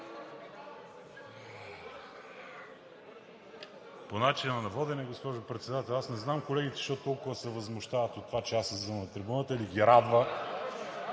По начина на водене, госпожо Председател. Аз не знам колегите защо толкова се възмущават от това, че аз излизам на трибуната, или ги радва?!